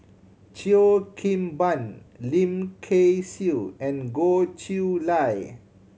Cheo Kim Ban Lim Kay Siu and Goh Chiew Lye